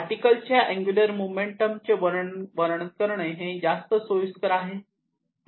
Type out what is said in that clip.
particle च्या angular momentum चे वर्णन करणे हे जास्त सोयीस्कर आहे